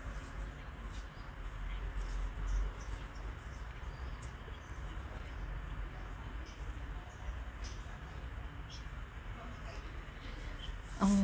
oh